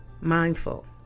mindful